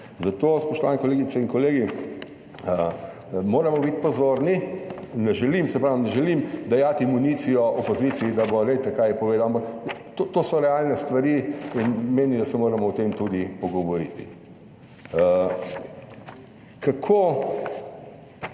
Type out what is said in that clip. Zato, spoštovane kolegice in kolegi, moramo biti pozorni. Saj pravi, ne želim dajati municijo opoziciji, da bo, veste kaj je povedal, ampak to so realne stvari in menim, da se moramo o tem tudi pogovoriti. Kako